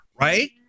Right